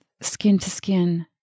skin-to-skin